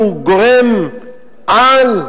גורם-על.